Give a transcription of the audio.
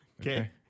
Okay